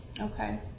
Okay